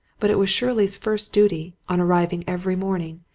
but it was shirley's first duty, on arriving every morning,